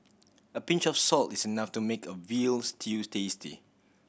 a pinch of salt is enough to make a veal stew tasty